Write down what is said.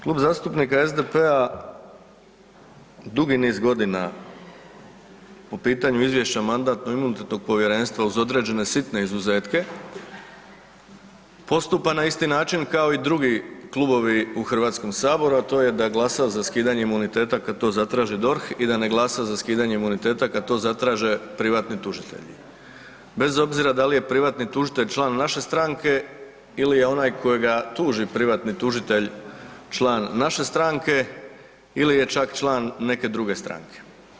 Klub zastupnika SDP-a dugi niz godina po pitanju izvješća Mandatno-imunitetnog povjerenstva uz određene sitne izuzetke postupa na isti način kao i drugi klubovi u Hrvatskom saboru, a to je da glasa za skidanje imuniteta kad to zatraži DORH i da ne glasa za skidanje imuniteta kad to zatraže privatni tužitelji bez obzira da li je privatni tužitelj član naše stranke ili je onaj kojega tuži privatni tužitelj član naše stranke ili je čak član neke druge stranke.